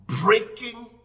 breaking